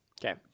Okay